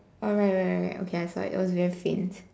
oh right right right right okay I saw it it was very faint